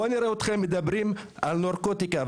בואו נראה אתכם מדברים על נרקוטיקה,